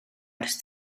ers